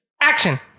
action